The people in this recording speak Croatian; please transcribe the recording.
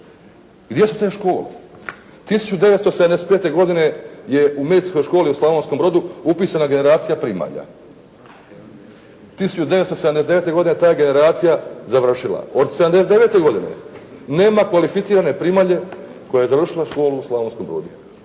Gdje su te škole. 1975. godine je u Medicinskoj školi u Slavonskom brodu upisana generacija primalja. 1979. godine ta je generacija završila. Od '79. godine nema kvalificirane primalje koja je završila školu u Slavonskom brodu.